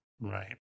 right